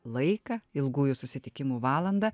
laiką ilgųjų susitikimų valandą